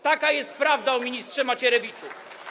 Taka jest prawda o ministrze Macierewiczu.